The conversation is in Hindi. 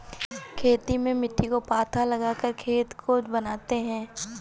खेती में मिट्टी को पाथा लगाकर खेत को बनाते हैं?